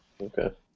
Okay